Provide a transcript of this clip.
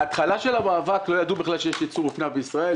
בהתחלה של המאבק לא ידעו בכלל שיש ייצור אופנה בישראל.